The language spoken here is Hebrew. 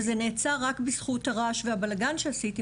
וזה נעצר רק בזכות הרעש והבלגן שעשיתי,